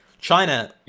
China